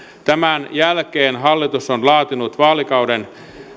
tämän jälkeen hallitus on laatinut vaalikauden